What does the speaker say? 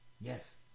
Yes